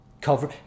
cover